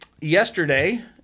yesterday